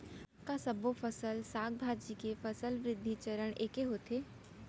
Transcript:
का सबो फसल, साग भाजी के फसल वृद्धि चरण ऐके होथे?